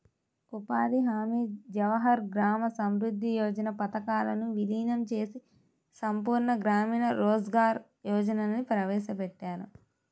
ఉపాధి హామీ, జవహర్ గ్రామ సమృద్ధి యోజన పథకాలను వీలీనం చేసి సంపూర్ణ గ్రామీణ రోజ్గార్ యోజనని ప్రవేశపెట్టారు